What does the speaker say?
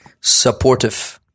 supportive